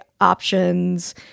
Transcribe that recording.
options